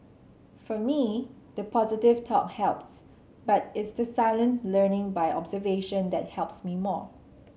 for me the positive talk helps but it's the silent learning by observation that helps me more